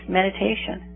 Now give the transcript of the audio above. meditation